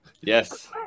yes